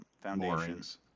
foundations